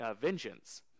vengeance